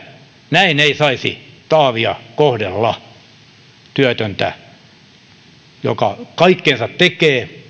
näin ei saisi taavia kohdella työttömältä joka kaikkensa tekee